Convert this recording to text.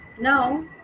now